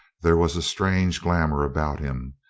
there was a strange glamour about him.